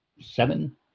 Seven